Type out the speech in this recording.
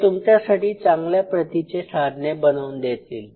ते तुमच्यासाठी चांगल्या प्रतीचे साधने बनवून देतील